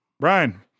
Brian